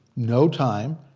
no time,